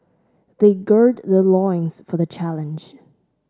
they gird their loins for the challenge